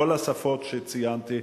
בכל השפות שציינתי,